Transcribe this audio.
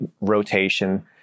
rotation